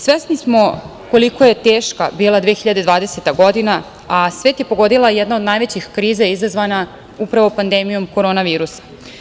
Svesni smo koliko je teška bila 2020. godina, a svet je pogodila jedna od najvećih kriza zvana pandemija korona virusa.